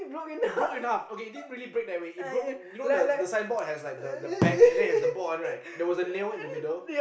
it broke in half okay it didn't really break that way it broke you know the the sign board has like the the back and then has the board one right there was a nail in the middle